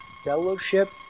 fellowship